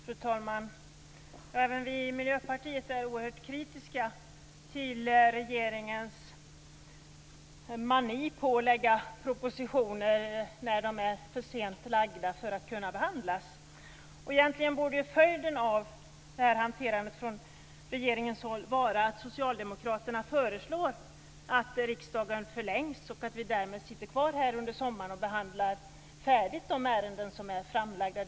Fru talman! Även vi i Miljöpartiet är oerhört kritiska till regeringens mani på att lägga propositioner för sent för att de skall kunna behandlas. Egentligen borde ju följden av det här hanterandet från regeringens håll vara att Socialdemokraterna föreslår att riksdagen förlängs och att vi därmed sitter kvar här under sommaren och behandlar färdigt de ärenden som är framlagda.